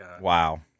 Wow